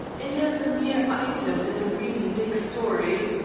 it is a mere item in a really big story.